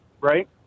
right